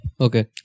Okay